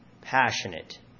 passionate